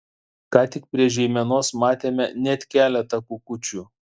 ką tik prie žeimenos matėme net keletą kukučių